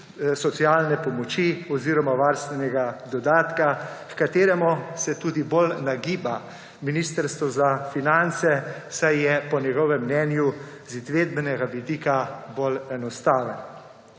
socialne pomoči oziroma varstvenega dodatka, h kateremu se tudi bolj nagiba Ministrstvo za finance, saj je po njegovem mnenju z izvedbenega vidika bolj enostaven.